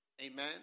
amen